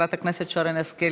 חברת הכנסת שרן השכל,